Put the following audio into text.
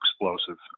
explosive